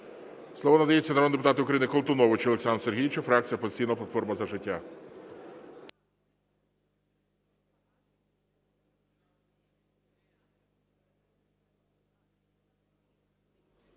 Слово надається народному депутату України Колтуновичу Олександру Сергійовичу, фракція "Опозиційна платформа – За життя".